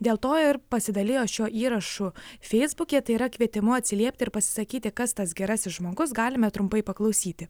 dėl to ir pasidalijo šiuo įrašu feisbuke tai yra kvietimu atsiliepti ir pasisakyti kas tas gerasis žmogus galime trumpai paklausyti